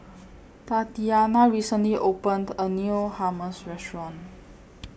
Tatianna recently opened A New Hummus Restaurant